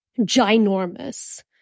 ginormous